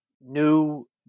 new